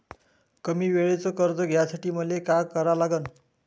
कमी वेळेचं कर्ज घ्यासाठी मले का करा लागन?